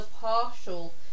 partial